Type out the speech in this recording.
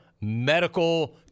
medical